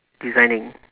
designing